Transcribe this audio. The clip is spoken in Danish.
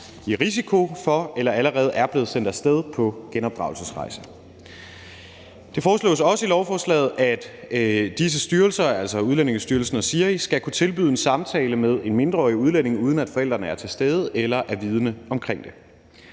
i risiko for at blive eller allerede er blevet sendt af sted på genopdragelsesrejse. Det foreslås også i lovforslaget, at disse styrelser, altså Udlændingestyrelsen og SIRI, skal kunne tilbyde en samtale med en mindreårig udlænding, uden at forældrene er til stede eller er vidende omkring det.